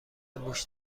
موش